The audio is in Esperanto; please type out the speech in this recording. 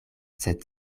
sed